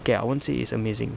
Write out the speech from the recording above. okay I won't say it's amazing